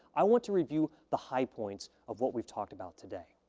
i want to review the high points of what we've talked about today.